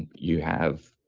you have,